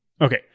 Okay